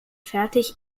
fertig